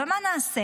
אבל מה נעשה?